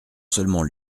seulement